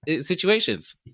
situations